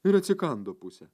ir atsikando pusę